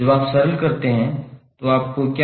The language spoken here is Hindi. जब आप सरल करते हैं तो आपको क्या